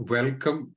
Welcome